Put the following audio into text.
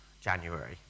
January